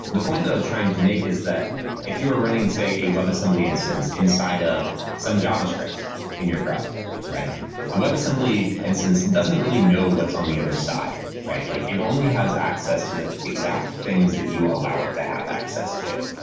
the point that i was trying to make is that if you're running, say, a web assembly instance inside of some javascript in your browser, the web assembly instance doesn't really know what's on the other side. like it only has access to the exact things that you allow it to have access to.